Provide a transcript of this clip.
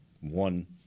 one